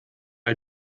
all